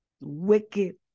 wicked